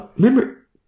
Remember